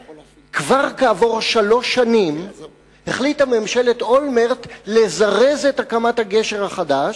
כעבור שלוש שנים החליטה ממשלת אולמרט לזרז את הקמת הגשר החדש,